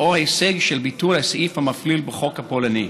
לאור ההישג של ביטול הסעיף המפליל בחוק הפולני.